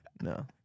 No